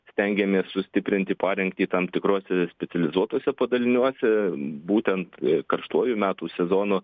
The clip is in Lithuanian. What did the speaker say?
stengiamės sustiprinti parengtį tam tikruose specializuotuose padaliniuose būtent karštuoju metų sezonu